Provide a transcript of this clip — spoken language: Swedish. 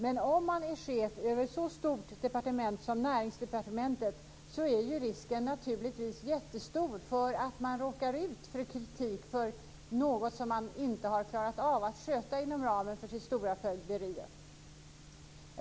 Men om man är chef över ett så stort departement som Näringsdepartementet är naturligtvis risken jättestor att man råkar ut för kritik för något som man inte klarat av att sköta inom ramen för sitt stora fögderi.